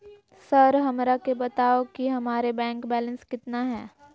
Sir हमरा के बताओ कि हमारे बैंक बैलेंस कितना है?